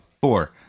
Four